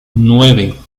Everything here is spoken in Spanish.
nueve